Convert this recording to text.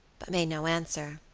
but made no answer,